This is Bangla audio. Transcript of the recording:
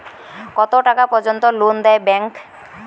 কত টাকা পর্যন্ত লোন দেয় ব্যাংক?